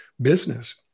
business